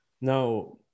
Now